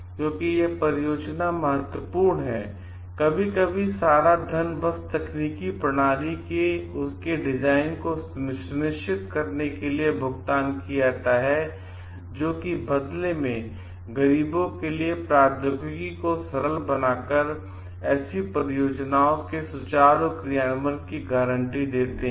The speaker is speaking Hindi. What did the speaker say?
क्योंकि यह परियोजना महत्वपूर्ण है कभी कभी बहुत सारा धन बस तकनीकी प्रणाली के उनके डिजाइन को यह सुनिश्चित करने के लिए भुगतान किया जाता है कि जो बदले में गरीबों के लिए प्रौद्योगिकी को सरल बनाकर ऐसी परियोजनाओं के सुचारू क्रियान्वयन की गारंटी देते हैं